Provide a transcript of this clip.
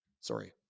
sorry